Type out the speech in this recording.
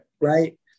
right